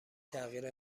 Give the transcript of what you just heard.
تغییر